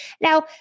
Now